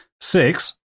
six